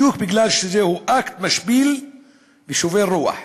בדיוק בגלל שזהו אקט משפיל ושובר רוח.